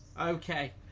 Okay